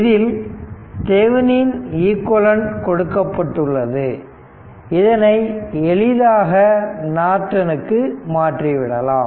இதில் தெவனின் ஈக்விவலெண்ட் கொடுக்கப்பட்டுள்ளது இதனை எளிதாக நார்டனுக்கு மாற்றிவிடலாம்